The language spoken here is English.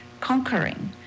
conquering